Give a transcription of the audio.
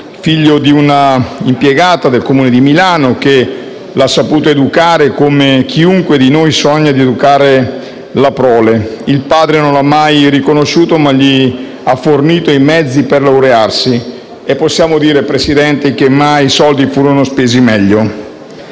figlio di un'impiegata del Comune di Milano, che l'ha saputo educare come chiunque di noi sogna di educare la prole. Il padre non l'ha mai riconosciuto, ma gli ha fornito i mezzi per laurearsi. Mai soldi furono spesi meglio».